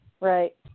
Right